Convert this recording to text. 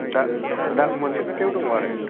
दा दा मोनसे खोथायाव दङ आरो